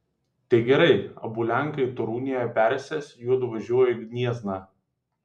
tai gerai abu lenkai torunėje persės juodu važiuoja į gniezną